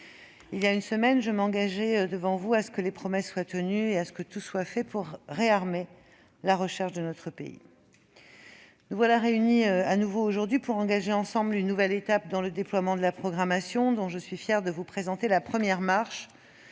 Il y a une semaine, je m'engageais devant vous à ce que les promesses soient tenues et que tout soit fait pour réarmer la recherche de notre pays. Nous voilà réunis de nouveau pour engager ensemble une nouvelle étape dans le déploiement de la programmation, dont je suis fière de vous présenter la première marche,